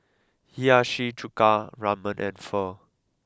Hiyashi Chuka Ramen and Pho